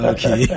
Okay